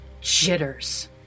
jitters